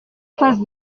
face